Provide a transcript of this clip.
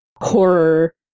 horror